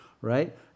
right